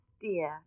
dear